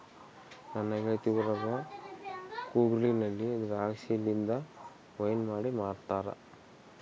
ನನ್ನ ಗೆಳತಿ ಊರಗ ಕೂರ್ಗಿನಲ್ಲಿ ದ್ರಾಕ್ಷಿಲಿಂದ ವೈನ್ ಮಾಡಿ ಮಾಡ್ತಾರ